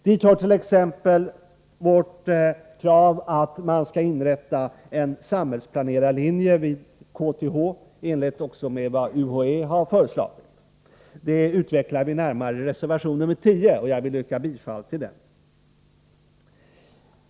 Dit hör t.ex. vårt krav att man skall inrätta en samhällsplanerarlinje vid KTH, i enlighet med vad också UHÄ har föreslagit. Det utvecklar vi närmare i reservation nr 10, och jag vill yrka bifall till den.